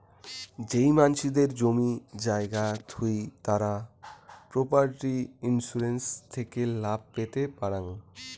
যেই মানসিদের জমি জায়গা থুই তারা প্রপার্টি ইন্সুরেন্স থেকে লাভ পেতে পারাং